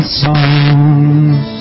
songs